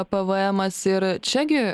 pv emas ir čia gi